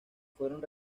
fueron